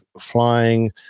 flying